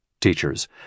teachers